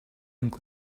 and